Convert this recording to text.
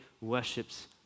worships